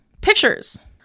pictures